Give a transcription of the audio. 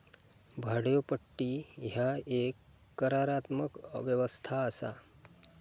भाड्योपट्टी ह्या एक करारात्मक व्यवस्था असा